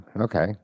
Okay